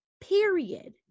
period